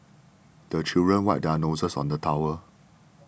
the children wipe their noses on the towel